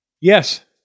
Yes